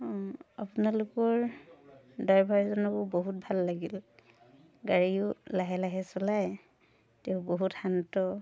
আপোনালোকৰ ড্ৰাইভাৰজনকো বহুত ভাল লাগিল গাড়ীও লাহে লাহে চলায় তেওঁ বহুত শান্ত